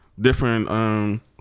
different